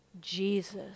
Jesus